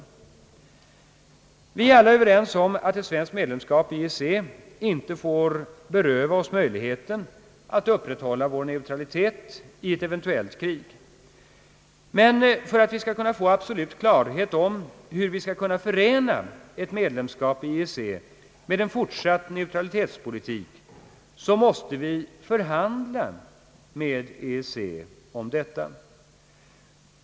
Vi är alla överens om att ett svenskt medlemsskap i EEC inte får beröva oss möjligheten att upprätthålla vår neutralitet i ett eventuellt krig. Men för att vi skall kunna få absolut klarhet om hur vi skall kunna förena ett medlemsskap i EEC med en fortsatt neutralitetspolitik måste vi förhandla med EEC härom.